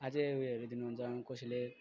अझ उयोहरू दिनु हुन्छ कसैले